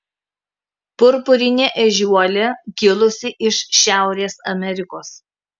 purpurinė ežiuolė kilusi iš šiaurės amerikos